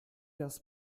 das